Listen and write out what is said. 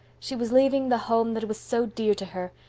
she was leaving the home that was so dear to her,